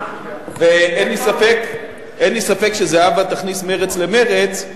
ואין לי ספק שזהבה תכניס מרץ למרצ,